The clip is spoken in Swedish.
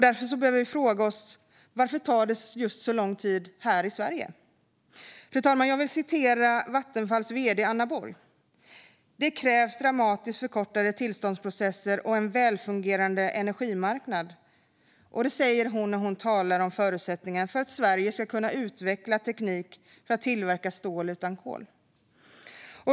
Det vi behöver fråga oss är varför det tar så lång tid just här i Sverige. Fru talman! Jag vill citera Vattenfalls vd Anna Borg: "Det krävs dramatiskt förkortade tillståndsprocesser och en välfungerande energimarknad." Detta säger hon när hon talar om förutsättningarna för att Sverige ska kunna utveckla teknik för att tillverka stål utan kol.